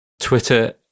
Twitter